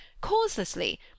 causelessly